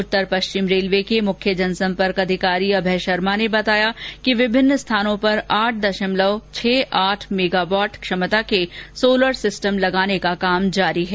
उत्तर पश्चिम रेलवे के मुख्य जनसंपर्क अधिकारी अभय शर्मा ने बताया कि विभिन्न स्थानों पर आठ दशमलव छह आठ मेगावॉट क्षमता के सोलर सिस्टम लगाने का कार्य जारी है